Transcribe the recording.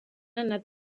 anat